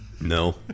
no